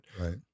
Right